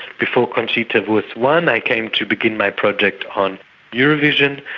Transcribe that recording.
before conchita wurst won, i came to begin my project on eurovision.